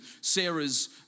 Sarah's